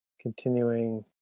continuing